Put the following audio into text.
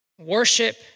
worship